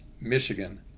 Michigan